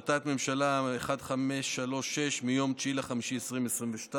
התשפ"ב 2022, מ/1536, מיום 9 במאי 2022,